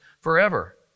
forever